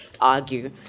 argue